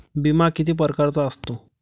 बिमा किती परकारचा असतो?